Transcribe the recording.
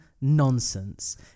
nonsense